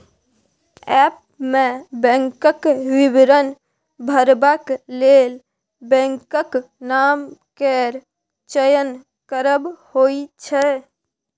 app मे बैंकक विवरण भरबाक लेल बैंकक नाम केर चयन करब होइ छै